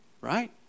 right